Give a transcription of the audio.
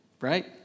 right